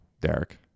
Derek